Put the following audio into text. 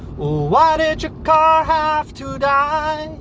why did your car have to die?